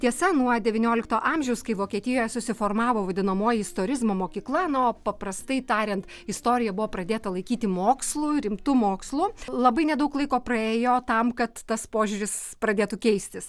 tiesa nuo devyniolikto amžiaus kai vokietijoje susiformavo vadinamoji istorizmo mokykla nuo paprastai tariant istorija buvo pradėta laikyti mokslu rimtu mokslu labai nedaug laiko praėjo tam kad tas požiūris pradėtų keistis